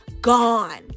gone